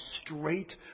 straight